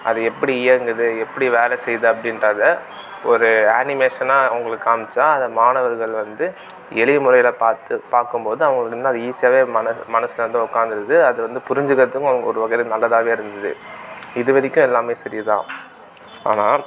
அது எப்படி இயங்குது எப்படி வேலை செய்யுது அப்படின்றத ஒரு அனிமேஷனாக உங்களுக்கு காம்மிச்சா அதை மாணவர்கள் வந்து எளிய முறையில் பார்த்து பார்க்கும்போது அவங்களுக்கு வந்து அது ஈஸியாகவே மனசில் வந்து உக்காந்திருது அது வந்து புரிஞ்சுக்கிறதுக்கும் அவங்களுக்கு ஒரு வகையில் நல்லதாகவே இருந்தது இதுவரைக்கும் எல்லாமே சரிதான் ஆனால்